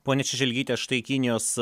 ponia šešelgyte štai kinijos